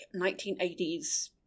1980s